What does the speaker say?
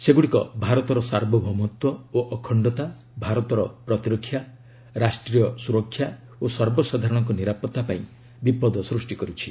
ସେଗୁଡ଼ିକ ଭାରତର ସାର୍ବଭୌମତ୍ୱ ଓ ଅଖଣ୍ଡତା ଭାରତର ପ୍ରତିରକ୍ଷା ରାଷ୍ଟ୍ରୀୟ ସୁରକ୍ଷା ଓ ସର୍ବସାଧାରଣଙ୍କ ନିରାପତ୍ତା ପାଇଁ ବିପଦ ସୃଷ୍ଟି କରୁଛି